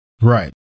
Right